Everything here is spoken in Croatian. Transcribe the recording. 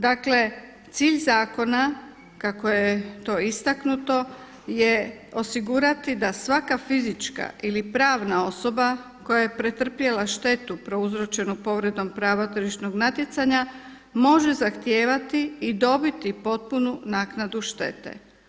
Dakle, cilj zakona kako je to istaknuto je osigurati da svaka fizička ili pravna osoba koja je pretrpjela štetu prouzročenu povredom prava tržišnog natjecanja može zahtijevati i dobiti potpunu naknadu štete.